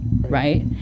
Right